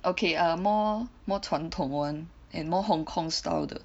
okay err more more 传统 [one] and more Hong kong style 的